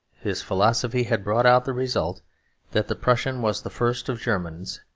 his philosophy had brought out the result that the prussian was the first of germans,